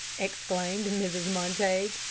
exclaimed mrs montague.